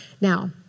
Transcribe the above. Now